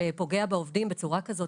שפוגע בעובדים בצורה כזאת.